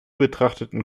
betrachteten